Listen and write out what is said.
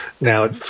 now